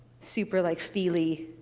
super like feely,